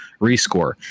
rescore